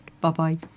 Bye-bye